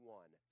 one